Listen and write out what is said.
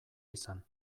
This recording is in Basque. izan